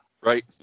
right